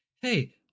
hey